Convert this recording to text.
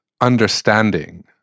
understanding